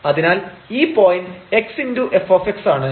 അതിനാൽ ഈ point x f ആണ്